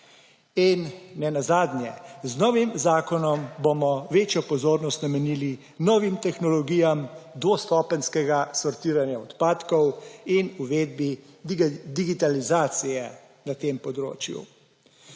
In nenazadnje, z novim zakonom bomo večjo pozornost namenili novim tehnologijam dvostopenjskega sortiranja odpadkov in uvedbi digitalizacije na tem področju.